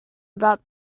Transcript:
about